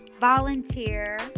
volunteer